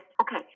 okay